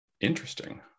interesting